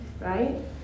right